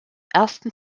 ersten